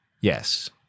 yes